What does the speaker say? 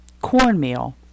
cornmeal